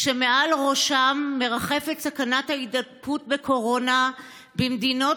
כשמעל ראשם מרחפת סכנת ההידבקות בקורונה במדינות